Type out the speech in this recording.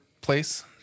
place